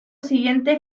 siguiente